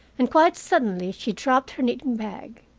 and quite suddenly she dropped her knitting-bag.